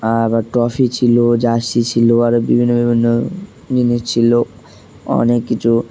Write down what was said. আবার টফি ছিল জার্সি ছিলো আরও বিভিন্ন বিভিন্ন জিনিস ছিলো অনেক কিছু